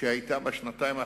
שהיתה בשנתיים האחרונות,